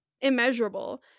Immeasurable